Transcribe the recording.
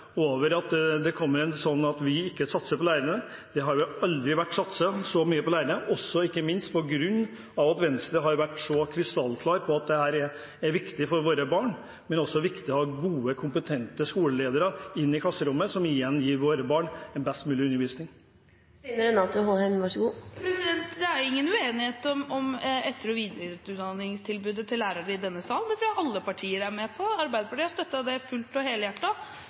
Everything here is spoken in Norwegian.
over at det kommer noe sånt som at vi ikke satser på lærere. Det har aldri vært satset så mye på lærere, ikke minst på grunn av at Venstre har vært så krystallklar på at dette er viktig for våre barn. Men det er også viktig å ha gode, kompetente skoleledere inn i klasserommet, som igjen gir våre barn en best mulig undervisning. Det er i denne sal ingen uenighet om etter- og videreutdanningstilbudet til lærere. Det tror jeg alle partier er med på. Arbeiderpartiet har støttet fullt og